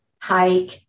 hike